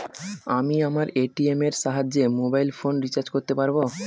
আমি আমার এ.টি.এম এর সাহায্যে মোবাইল ফোন রিচার্জ করতে পারব?